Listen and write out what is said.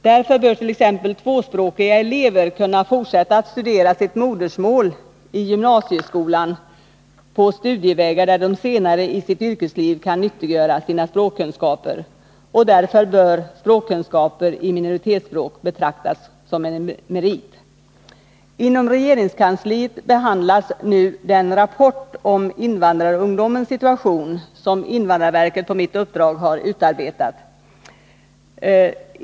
Därför bör t.ex. tvåspråkiga elever kunna forsätta att studera sitt modersmål i gymnasieskolan på studievägar där de senare i sitt yrkesliv kan nyttiggöra sina språkkunskaper. Därför bör också språkkunskaper i minoritetsspråk betraktas som en merit. Inom regeringskansliet behandlas den rapport om invandrarungdomens situation som på mitt uppdrag utarbetats.